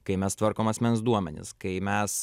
kai mes tvarkom asmens duomenis kai mes